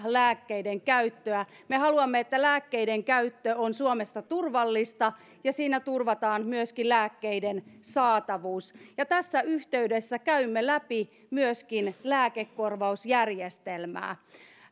lääkkeiden käyttöä me haluamme että lääkkeiden käyttö on suomessa turvallista ja siinä turvataan myöskin lääkkeiden saatavuus tässä yhteydessä käymme läpi myöskin lääkekorvausjärjestelmää